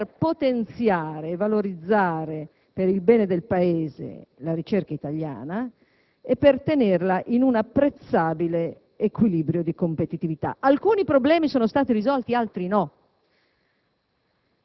per potenziare e valorizzare, per il bene del Paese, la ricerca italiana e per tenerla in un apprezzabile equilibrio di competitività. Alcuni problemi sono stati risolti e altri no.